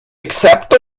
accept